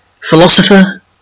philosopher